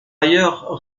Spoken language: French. ailleurs